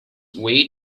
way